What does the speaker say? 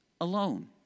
alone